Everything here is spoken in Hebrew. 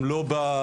הם לא,